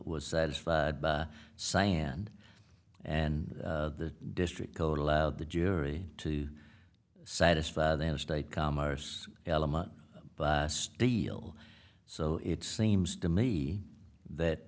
was satisfied by sand and the district code allowed the jury to satisfy their state commerce element but steel so it seems to me that